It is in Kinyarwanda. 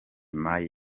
mai